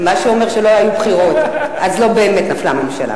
מה שאומר שלא היו בחירות, אז לא באמת נפלה הממשלה.